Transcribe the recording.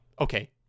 okay